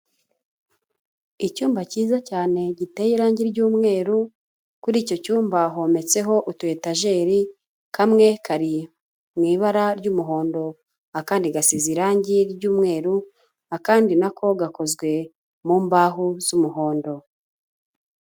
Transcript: Icyumba cyiza cyane giteye irange ry'umweru, kuri icyo cyumba hometseho utuyetajeri, kamwe kari mu ibara ry'umuhondo akandi gasize irangi ry'umweru, akandi nako gakozwe mu mbaho z'umuhondo.